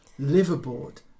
Liverboard